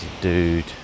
dude